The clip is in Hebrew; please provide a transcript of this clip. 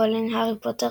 רולינג, הארי פוטר,